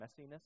messiness